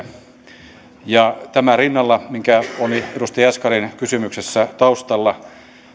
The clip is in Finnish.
samoin kuin toistumisvälille ja tämän rinnalla mikä on edustaja jaskarin kysymyksessä taustalla